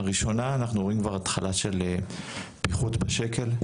הראשונה אנחנו רואים כבר התחלה של פיחות בשקל,